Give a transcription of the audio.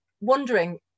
wondering